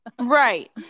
Right